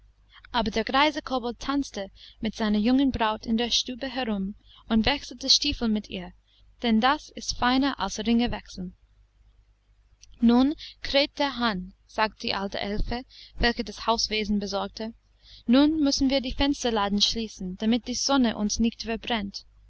aber der greise kobold tanzte mit seiner jungen braut in der stube herum und wechselte stiefel mit ihr denn das ist feiner als ringe wechseln nun kräht der hahn sagte die alte elfe welche das hauswesen besorgte nun müssen wir die fensterladen schließen damit die sonne uns nicht verbrennt